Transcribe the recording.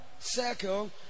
Circle